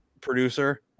producer